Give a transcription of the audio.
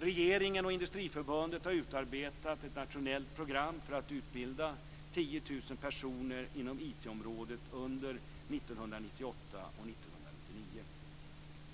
· Regeringen och Industriförbundet har utarbetat ett nationellt program för att utbilda 10 000 personer inom IT-området under 1998 och 1999. ·